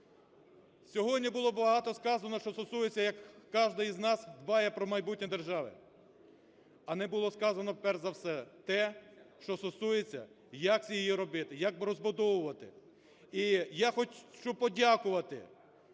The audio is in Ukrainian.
Сьогодні було багато сказано, що стосується як кожний із нас дбає про майбутнє держави, а не було сказано перш за все те, що стосується як це робити, як розбудовувати. І я хочу подякувати